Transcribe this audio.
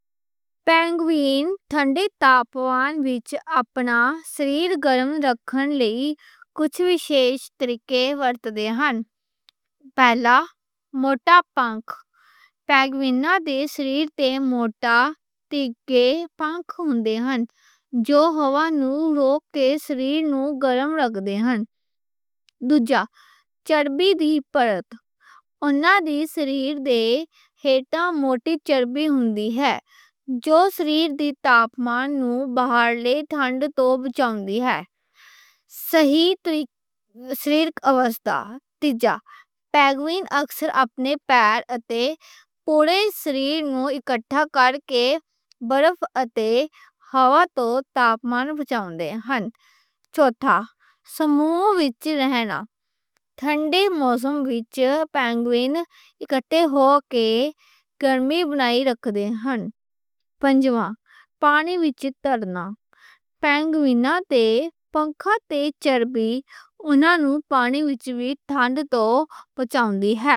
پینگوئن ٹھنڈے تاپمان وچ اپنے جسم نوں گرم رکھنے لئی کچھ خاص طریقے ورتدے نیں۔ پہلا، موٹے پر، پینگوئناں دے جسم تے موٹا تکیہ ورگے پر ہوندے نیں۔ جو ہوا نوں روک کے جسم نوں گرم رکھدے نیں۔ چربی دی پرت، اوہناں دے جسم ہِٹھ موٹی چربی ہوندی اے۔ جو جسم دے تاپمان نوں باہرلی ٹھنڈ توں بچاندی اے۔ صحیح جسمانی حالت۔ پینگوئن اکثر اپنے پیر اتے پورے جسم نوں اکٹھا کرکے برف اتے ہوا توں تاپمان بچاندے نیں۔ چوتھا، جھنڈ وچ رہنا۔ ٹھنڈے موسم وچ پینگوئن اکٹھے ہو کے گرمی بنائی رکھدے نیں۔ پانچواں، پانی وچ ترنا۔ پینگوئناں دے پر اتے چربی اوہناں نوں پانی وچ ٹھنڈ توں بچاندی نیں۔